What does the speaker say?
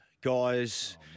guys